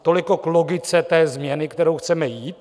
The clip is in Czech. Toliko k logice té změny, kterou chceme jít.